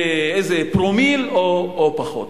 באיזה פרומיל או פחות.